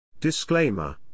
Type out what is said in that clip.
Disclaimer